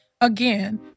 again